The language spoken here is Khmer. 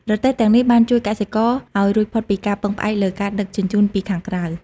រទេះទាំងនេះ បានជួយកសិករឱ្យរួចផុតពីការពឹងផ្អែកលើការដឹកជញ្ជូនពីខាងក្រៅ។